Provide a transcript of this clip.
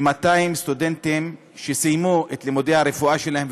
כ-200 סטודנטים סיימו את לימודי הרפואה שלהם,